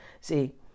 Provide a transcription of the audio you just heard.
See